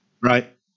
right